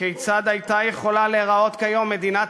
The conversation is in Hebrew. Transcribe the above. כיצד הייתה יכולה להיראות כיום מדינת